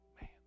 man